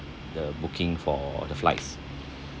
the booking for the flights